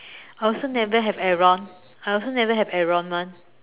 I also never have Aaron I also never have Aaron [one]